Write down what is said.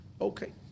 Okay